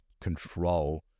control